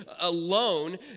alone